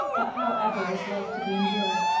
but how ever was life to be endured?